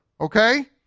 okay